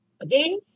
Again